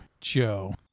joe